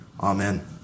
Amen